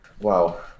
Wow